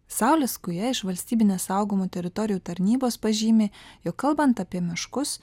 saulis skuja iš valstybinės saugomų teritorijų tarnybos pažymi jog kalbant apie miškus